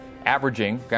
Averaging